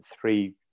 three